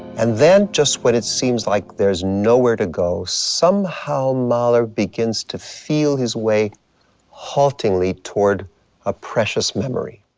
and then, just when it seems like there's nowhere to go, somehow mahler begins to feel his way haltingly toward a precious memory.